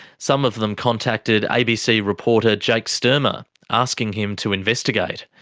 some of them contacted abc reporter jake sturmer asking him to investigate.